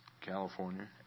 California